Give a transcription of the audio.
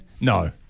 No